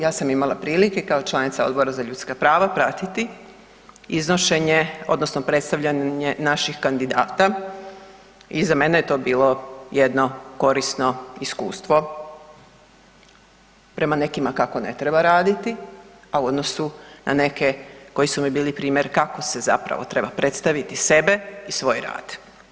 Ja sam imala prilike kao članica Odbora za ljudska prava pratiti iznošenje, odnosno predstavljanje naših kandidata i za mene je to bilo jedno korisno iskustvo prema nekima kako ne treba raditi, a u odnosu na neke koji su mi bili primjer kako se zapravo treba predstaviti sebe i svoj rad.